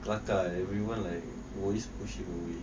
kelakar eh everyone will like always pushing him away